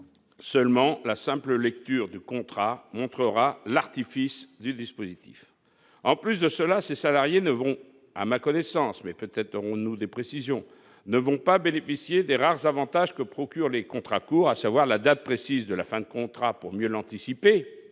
seulement la simple lecture du contrat montrera l'artifice du dispositif, en plus de cela, ces salariés ne vont à ma connaissance, mais peut-être aurons-nous des précisions ne vont pas bénéficier des rares avantages que procurent les contrats courts, à savoir la date précise de la fin de contrat pour mieux l'anticiper,